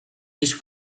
ich